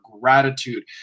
Gratitude